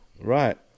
Right